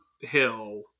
Hill